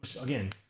Again